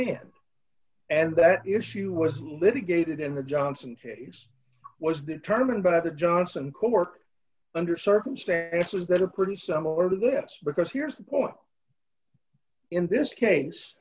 scan and that issue was litigated in the johnson case was determined by the johnson court under circumstances that are pretty similar to this because here's the point in this case